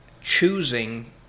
choosing